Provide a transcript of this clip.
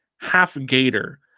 half-gator